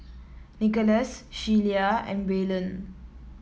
Nicholaus Shelia and Braylen